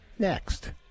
Next